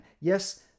yes